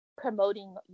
promoting